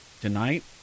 Tonight